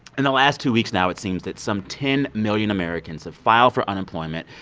in the last two weeks now, it seems that some ten million americans have filed for unemployment,